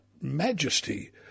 majesty